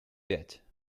пять